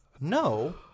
no